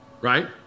right